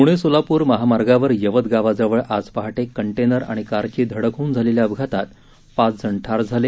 पूणे सोलापूर महामार्गावर यवत गावाजवळ आज पहाटे कंटनेर आणि कारची धडक होऊन झालेल्या अपघातात पाच जण ठार झाले